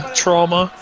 trauma